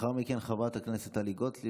לאחר מכן, חברת הכנסת טלי גוטליב.